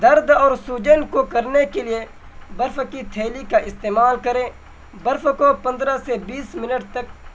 درد اور سوجن کو کرنے کے لیے برف کی تھیلی کا استعمال کریں برف کو پندرہ سے بیس منٹ تک